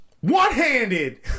one-handed